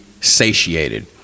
satiated